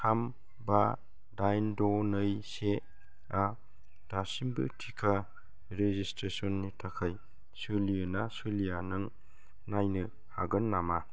थाम बा दाइन द' नै से आ दासिमबो टिका रेजिसट्रेसननि थाखाय सोलियो ना सोलिया नों नायनो हागोन नामा